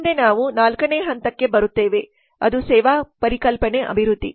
ಮುಂದೆ ನಾವು ನಾಲ್ಕನೇ ಹಂತಕ್ಕೆ ಬರುತ್ತೇವೆ ಅದು ಸೇವಾ ಪರಿಕಲ್ಪನೆ ಅಭಿವೃದ್ಧಿ